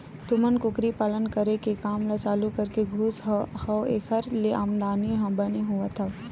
तुमन कुकरी पालन करे के काम ल चालू करके खुस हव ऐखर ले आमदानी बने होवत हवय?